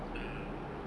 uh